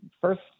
first